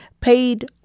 paid